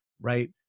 right